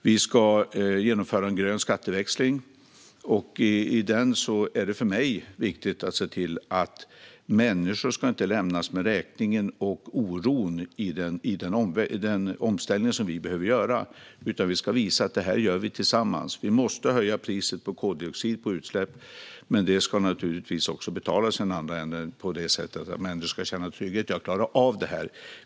Vi ska genomföra en grön skatteväxling, där det för mig är viktigt att se till att människor inte lämnas med räkningen och oron i den omställning vi behöver göra. Vi ska visa att vi gör detta tillsammans. Vi måste höja priset på koldioxid och utsläpp, men detta ska naturligtvis betalas i den andra änden så att människor känner trygghet i att klara av detta.